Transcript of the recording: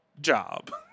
job